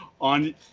on